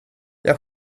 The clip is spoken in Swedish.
jag